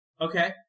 Okay